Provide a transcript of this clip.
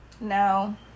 No